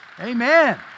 Amen